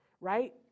right